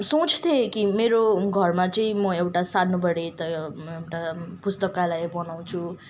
सोच्थेँ कि मेरो घरमा चाहिँ म एउटा सानोबडे त पुस्तकालय बनाउँछु